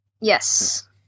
Yes